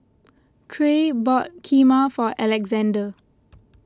Tre bought Kheema for Alexzander